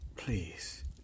Please